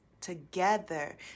together